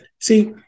See